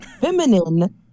feminine